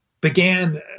began